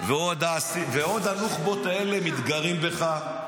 ועוד הנוח'בות האלה מתגרים בך,